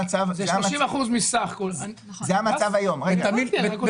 המצב הקיים היום הוא שהקרן